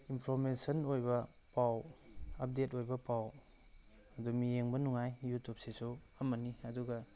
information ꯑꯣꯏꯕ ꯄꯥꯎ update ꯑꯣꯏꯕ ꯄꯥꯎ ꯑꯗꯨꯝ ꯌꯦꯡꯕ ꯅꯨꯡꯉꯥꯏ ꯌꯨꯇꯨꯞꯁꯤꯁꯨ ꯑꯃꯅꯤ ꯑꯗꯨꯒ